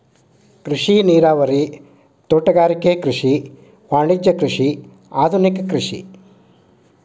ಕೃಷಿ ನೇರಾವರಿ, ತೋಟಗಾರಿಕೆ ಕೃಷಿ, ವಾಣಿಜ್ಯ ಕೃಷಿ, ಆದುನಿಕ ಕೃಷಿ